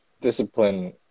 discipline